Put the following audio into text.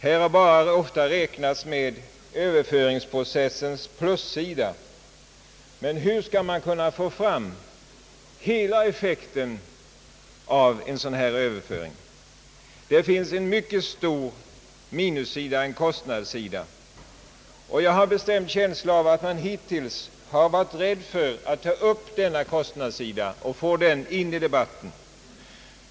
Ofta räknar man bara med Ööverföringsprocessens plussida. Men hur skall det vara möjligt att få kännedom om hela effekten av en sådan här överföring? Det finns också en mycket stor minussida — en kostnadssida — och jag har en bestämd känsla av att man hittills har varit rädd för att ta upp denna kostnadssida och föra in den i debatten.